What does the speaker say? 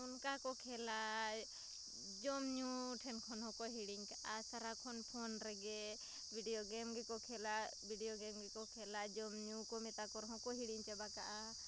ᱢᱟᱱᱮ ᱚᱱᱠᱟᱠᱚ ᱠᱷᱮᱞᱟ ᱡᱚᱢᱼᱧᱩ ᱴᱷᱮᱱ ᱠᱷᱚᱱᱦᱚᱸᱠᱚ ᱦᱤᱲᱤᱧᱠᱟᱜᱼᱟ ᱥᱟᱨᱟᱠᱷᱚᱱ ᱯᱷᱳᱱᱨᱮᱜᱮ ᱵᱤᱰᱤᱭᱳ ᱜᱮᱢᱜᱮᱠᱚ ᱠᱷᱮᱞᱟ ᱵᱤᱰᱤᱭᱳ ᱜᱮᱢᱜᱮᱠᱚ ᱠᱷᱮᱞᱟ ᱡᱚᱢᱼᱧᱩᱠᱚ ᱢᱮᱛᱟᱠᱚ ᱨᱮᱦᱚᱸᱠᱚ ᱦᱤᱲᱤᱧ ᱪᱟᱵᱟᱠᱟᱜᱼᱟ